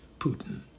Putin